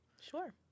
Sure